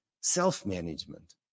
self-management